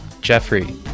Jeffrey